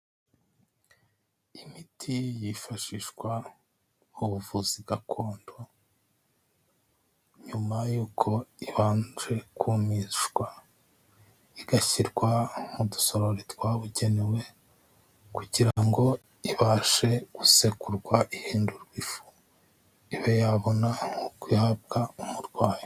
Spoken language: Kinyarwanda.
Imiti yifashishwa mu buvuzi gakondo nyuma yuko ibanje kumishwa, igashyirwa mu dusorori twabugenewe kugira ngo ibashe gusekurwa ihindurwe ifu, ibe yabona uko ihabwa umurwayi.